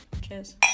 cheers